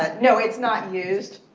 ah no, it's not used.